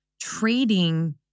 trading